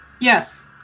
Yes